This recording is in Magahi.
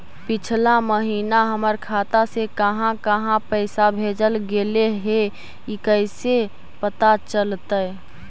पिछला महिना हमर खाता से काहां काहां पैसा भेजल गेले हे इ कैसे पता चलतै?